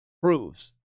proves